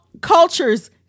cultures